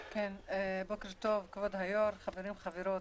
בוקר טוב כבוד היו"ר, חברים וחברות.